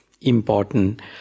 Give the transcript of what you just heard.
important